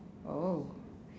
oh